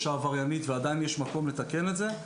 העבריינית ועדיין יש מקום לתקן את זה.